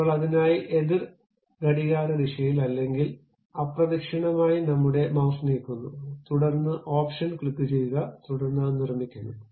ഇപ്പോൾ അതിനായി എതിർ ഘടികാരദിശയിൽ അല്ലങ്കിൽ അപ്രദക്ഷിണമായി നമ്മുടെ മൌസ് നീക്കുന്നു തുടർന്ന് ഓപ്ഷൻ ക്ലിക്കുചെയ്യുക തുടർന്ന് അത് നിർമ്മിക്കുന്നു